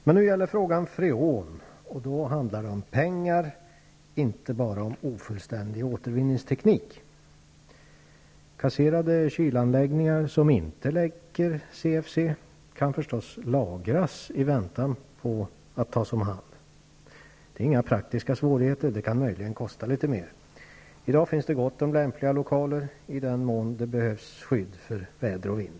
Men nu gäller frågan freon, och då handlar det om pengar och inte bara om ofullständig återvinningsteknik. Kasserade kylanläggningar som inte läcker CFC kan förstås lagras i väntan på att tas om hand. Det medför inga praktiska svårigheter. Det kan möjligen kosta litet mer. I dag finns det gott om lämpliga lokaler i den mån det behövs skydd för väder och vind.